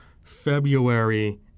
February